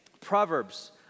proverbs